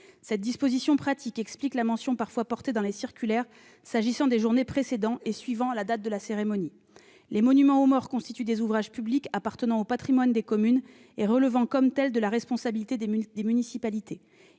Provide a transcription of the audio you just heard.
Cette disposition pratique explique la mention parfois portée dans les circulaires s'agissant des journées « précédant et suivant la date de la cérémonie ». Les monuments aux morts constituent des ouvrages publics appartenant au patrimoine des communes et relevant comme tels de la responsabilité des municipalités.